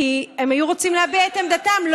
כי הם היו רוצים להביע את עמדתם.